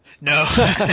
No